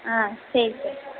ஆ சரி சரி